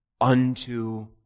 unto